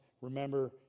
remember